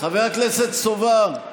חבר הכנסת סובה.